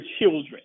children